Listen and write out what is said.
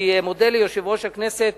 אני מודה ליושב-ראש הכנסת